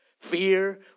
fear